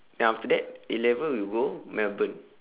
then after that A-level you go melbourne